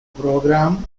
program